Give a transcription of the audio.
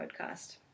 podcast